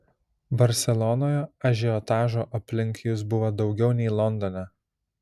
barselonoje ažiotažo aplink jus buvo daugiau nei londone